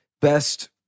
best